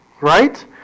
right